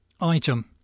Item